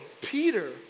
Peter